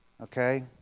okay